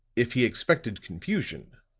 if he expected confusion,